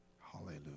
hallelujah